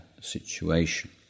situation